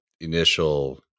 initial